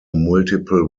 multiple